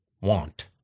Want